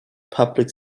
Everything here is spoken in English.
public